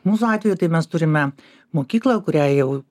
mūsų atveju tai mes turime mokyklą kuriai jau